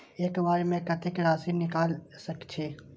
एक बार में कतेक राशि निकाल सकेछी?